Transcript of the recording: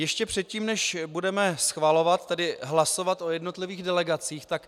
Ještě předtím, než budeme schvalovat, tedy hlasovat o jednotlivých delegacích, tak